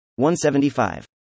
175